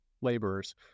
laborers